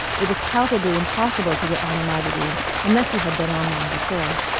it was palpably impossible to get on a magazine unless you had been on one before.